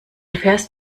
fährst